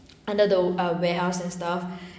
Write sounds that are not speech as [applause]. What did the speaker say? under the ah warehouse and stuff [breath]